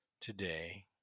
today